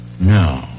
No